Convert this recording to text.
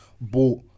bought